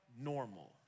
normal